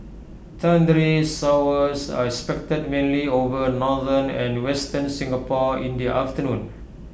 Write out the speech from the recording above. thundery showers are expected mainly over northern and western Singapore in the afternoon